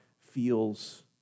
feels